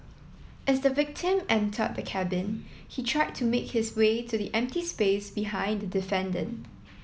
as the victim entered the cabin he tried to make his way to the empty space behind the defendant